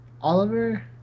Oliver